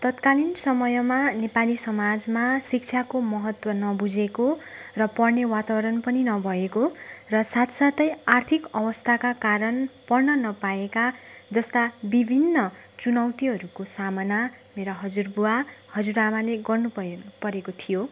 तत्कालीन समयमा नेपाली समाजमा शिक्षाको महत्व नबुझेको र पढ्ने वातावरण पनि नभएको र साथ साथै आर्थिक अवस्थाका कारण पढ्न नपाएका जस्ता विभिन्न चुनौतीहरूको सामना मेरो हजुरबुवा हजुरआमाले गर्नु भयो परेको थियो